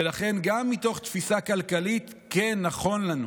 ולכן גם מתוך תפיסה כלכלית כן נכון לנו